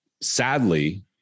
sadly